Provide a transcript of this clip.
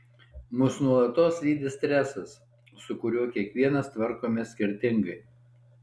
mus nuolatos lydi stresas su kuriuo kiekvienas tvarkomės skirtingai